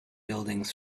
buildings